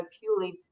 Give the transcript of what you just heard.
purely